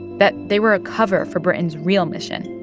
that they were a cover for britain's real mission,